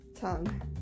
tongue